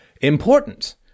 important